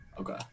okay